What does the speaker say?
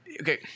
okay